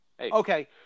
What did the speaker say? Okay